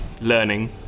learning